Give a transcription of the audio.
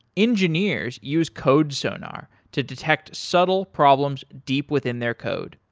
engineers use codesonar to detect subtle problems deep within their code.